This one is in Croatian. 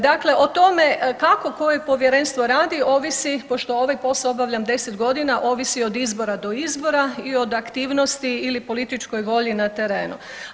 Dakle, o tome kako koje povjerenstvo radi ovisi pošto ovaj posao obavljam 10 godina, ovisi od izbora do izbora i od aktivnosti ili političkoj volji na terenu.